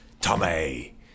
Tommy